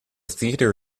theater